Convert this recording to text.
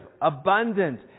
abundant